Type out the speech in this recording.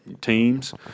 teams